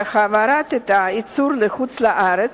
בהעברת הייצור לחוץ-לארץ,